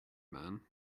man